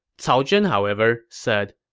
cao zhen, however, said,